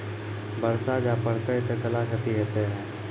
बरसा जा पढ़ते थे कला क्षति हेतै है?